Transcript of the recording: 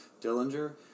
Dillinger